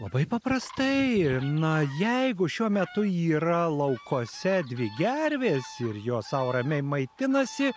labai paprastai na jeigu šiuo metu yra laukuose dvi gervės ir jos sau ramiai maitinasi